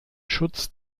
schutz